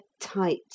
tight